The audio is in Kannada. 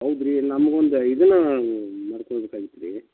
ಹೌದು ರೀ ನಮ್ಗೊಂದು ಇದು ಮಾಡ್ಕೊಡ್ಬೇಕಾಗಿತ್ತು ರೀ